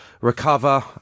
recover